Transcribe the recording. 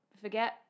forget